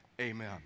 Amen